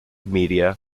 media